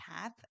path